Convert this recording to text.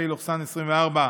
פ/2190/24,